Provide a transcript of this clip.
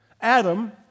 Adam